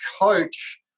coach